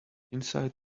inside